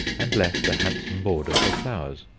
and left a handsome border for flowers.